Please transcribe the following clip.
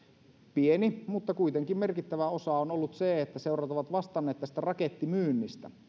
pieni mutta kuitenkin merkittävä osa on ollut se että seurat ovat vastanneet tästä rakettimyynnistä